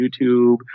YouTube